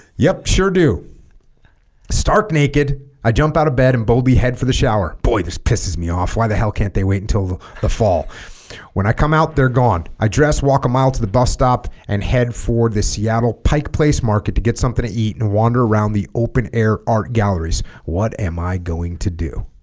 yep sure do stark naked i jump out of bed and boldly head for the shower boy this pisses me off why the hell can't they wait until the fall when i come out they're gone i dress walk a mile to the bus stop and head for the seattle pike place market to get something to eat and wander around the open-air art galleries what am i going to do